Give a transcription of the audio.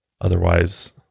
otherwise